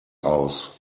aus